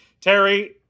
Terry